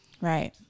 Right